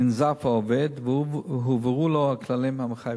ננזף העובד והובהרו לו הכללים המחייבים.